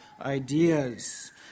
ideas